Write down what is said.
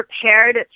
prepared